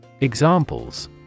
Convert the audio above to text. Examples